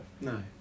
No